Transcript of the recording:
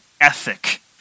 ethic